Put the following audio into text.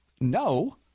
No